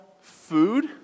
food